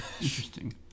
Interesting